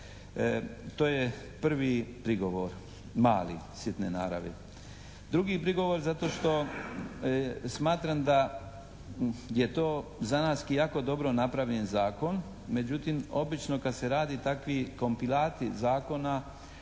To je prvi prigovor, mali, sitne naravi. Drugi prigovor zato što smatram da je to za naski jako dobro napravljen zakon, međutim obično kad se radi takvi kompilati zakona